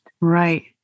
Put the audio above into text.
Right